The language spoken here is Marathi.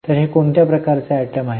तर हे कोणत्या प्रकारचे आयटम आहे